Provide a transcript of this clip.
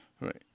Right